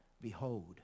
Behold